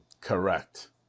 Correct